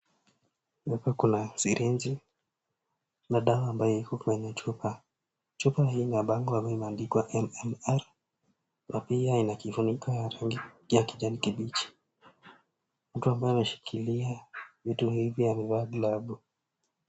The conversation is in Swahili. Hapa kuna siriji na dawa ambayo iko kwenye chupa. Chupa hii ina bango ambayo imeandikwa M-M-R na pia ina kifuniko ya rangi ya kijani kibichi. Mtu ambaye ameshikilia vitu hivi amevaa glavu.